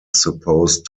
supposed